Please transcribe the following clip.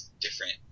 different